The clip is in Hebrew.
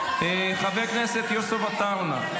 חבר הכנסת יוסף עטאונה,